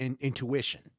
intuition